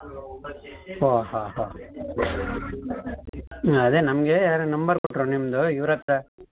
ಓ ಹಾಂ ಹಾಂ ಅದೇ ನಮಗೆ ಯಾರೋ ನಂಬರ್ ಕೊಟ್ಟರು ನಿಮ್ಮದು ಇವರ ಹತ್ರ